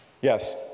Yes